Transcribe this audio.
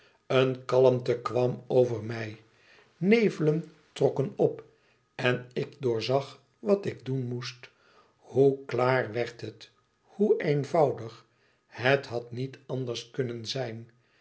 een kalmte kwam over mij nevelen trokken op en ik doorzag wat ik doen moest hoe klaar werd het hoe eenvoudig het had niet anders kunnen zijn